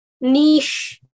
niche